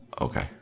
Okay